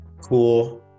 cool